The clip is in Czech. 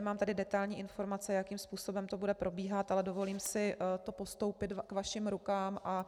Mám tady detailní informace, jakým způsobem to bude probíhat, ale dovolím si to postoupit k vašim rukám.